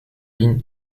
ligne